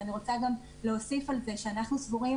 ומוסיפה שאנחנו סבורים